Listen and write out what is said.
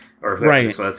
Right